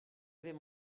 avait